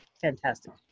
fantastic